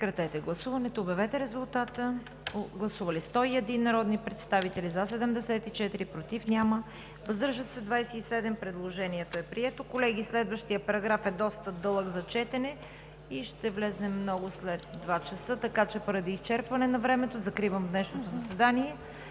който става § 8, подкрепен от Комисията. Гласували 101 народни представители: за 74, против няма, въздържали се 27. Предложенията са приети. Колеги, следващият параграф е доста дълъг за четене и ще влезем много след 14,00 ч., така че поради изчерпване на времето закривам днешното заседание.